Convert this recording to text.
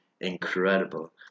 incredible